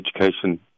education